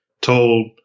told